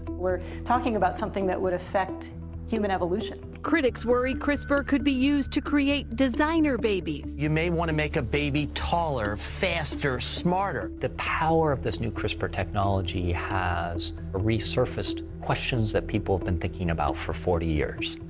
we're talking about something that would affect human evolution. critics worry crispr could be used to create designer babies. you may want to make a baby taller, faster, smarter. the power of this new crispr technology has ah resurfaced questions that people have been thinking about for forty years.